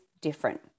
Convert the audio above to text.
different